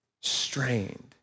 strained